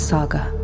Saga